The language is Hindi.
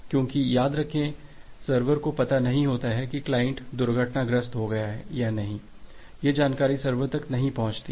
क्योंकि याद रखें कि सर्वर को पता नहीं होता कि क्लाइंट दुर्घटनाग्रस्त हो गया है या नहीं यह जानकारी सर्वर तक नहीं पहुंची है